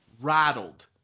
rattled